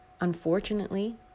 unfortunately